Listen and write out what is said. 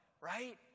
right